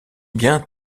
bien